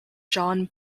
john